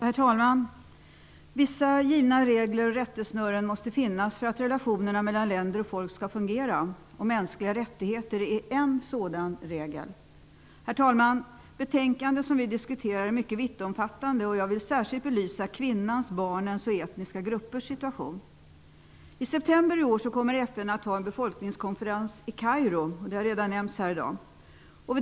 Herr talman! Vissa givna regler och rättesnören måste finnas för att relationerna mellan länder och folk skall fungera. Mänskliga rättigheter är en sådan regel. Herr talman! Det betänkande som vi diskuterar är mycket vittomfattande. Jag vill särskilt belysa kvinnans, barnens och etniska gruppers situation. I september i år kommer FN att ha en befolkningskonferens i Kairo, vilket redan har nämnts här i dag.